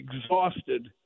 exhausted